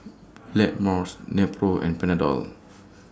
Blackmores Nepro and Panadol